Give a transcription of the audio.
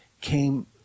came